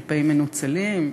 כלפי מנוצלים,